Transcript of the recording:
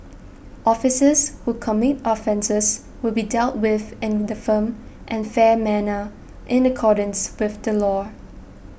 officers who commit offences will be dealt with in a firm and fair manner in accordance with the law